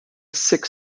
six